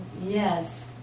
Yes